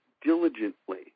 diligently